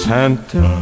Santa